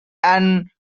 and